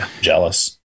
jealous